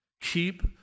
keep